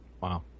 wow